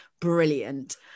brilliant